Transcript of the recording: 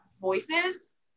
voices